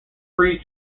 free